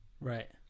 Right